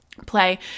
play